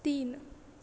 तीन